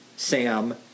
Sam